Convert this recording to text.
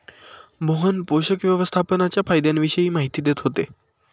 मोहन पोषक व्यवस्थापनाच्या फायद्यांविषयी माहिती देत होते